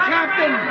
Captain